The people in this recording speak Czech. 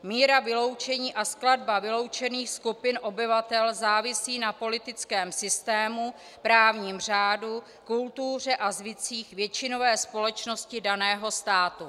Míra vyloučení a skladba vyloučených skupin obyvatel závisí na politickém systému, právním řádu, kultuře a zvycích většinové společnosti daného státu.